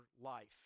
life